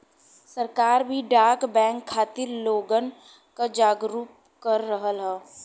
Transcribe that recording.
सरकार भी डाक बैंक खातिर लोगन क जागरूक कर रहल हौ